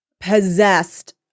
possessed